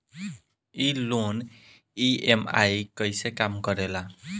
ई loan EMI कईसे काम करेला?